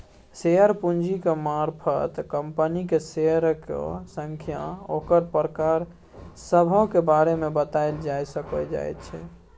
share पूंजीक मारफत कंपनीक शेयरक संख्या आ ओकर प्रकार सभक बारे मे बताएल जाए सकइ जाइ छै